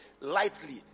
lightly